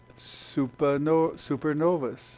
supernovas